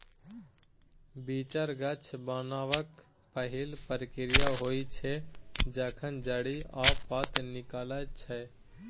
बीचर गाछ बनबाक पहिल प्रक्रिया होइ छै जखन जड़ि आ पात निकलै छै